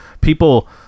people